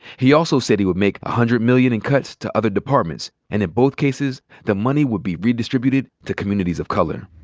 he also said he would make one ah hundred million in cuts to other departments. and in both cases, the money would be redistributed to communities of color.